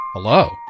Hello